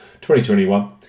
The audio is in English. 2021